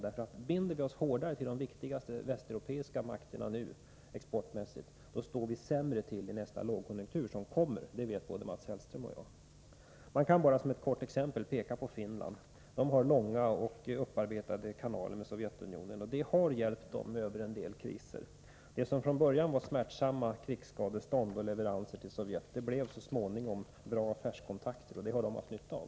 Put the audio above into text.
Binder vi oss hårdare exportmässigt till de viktigaste västeuropeiska makterna ligger vi sämre till i nästa lågkonjunktur, som kommer — det vet både Mats Hellström och jag. Jag vill som ett exempel peka på Finland. Finland har många och upparbetade kanaler med Sovjetunionen, och det har hjälpt landet över en del kriser. Det som från början var smärtsamma krigsskadestånd och leveranser till Sovjet blev så småningom bra affärskontakter, och det har man haft nytta av.